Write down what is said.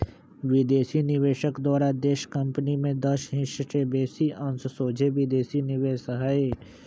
विदेशी निवेशक द्वारा देशी कंपनी में दस हिस् से बेशी अंश सोझे विदेशी निवेश हइ